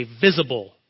visible